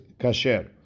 kasher